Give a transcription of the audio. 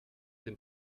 dem